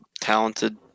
talented